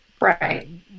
right